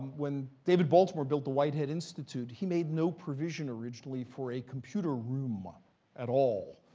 when david baltimore built the whitehead institute, he made no provision, originally, for a computer room ah at all.